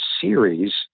series